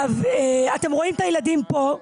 אתם רואים את הילדים פה.